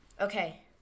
Okay